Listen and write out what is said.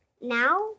Now